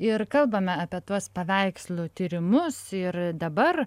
ir kalbame apie tuos paveikslų tyrimus ir dabar